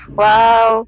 wow